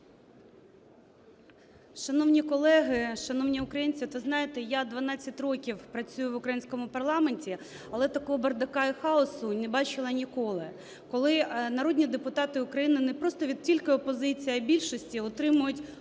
Шановні колеги, шановні українці, от ви знаєте, я дванадцять років працюю в українському парламенті, але такого бардака і хаосу не бачила ніколи. Коли народні депутати України не просто від тільки опозиції, а й більшості, отримують